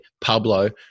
Pablo